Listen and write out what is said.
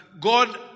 God